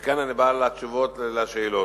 מכאן, אני בא לתשובות על השאלות: